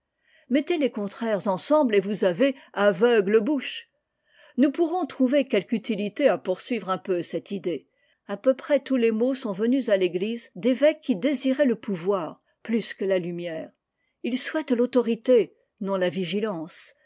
mettez les contraires ensemble et vous avez aveugles bouches nous pourrons trouver quelque utilité à poursuivre un peu cette idée a peu près tous les maux sont venus à l'eglise d'evêques qui désiraient le pouvoir plus que lalumière ils souhaitent l'autorité non la vigilance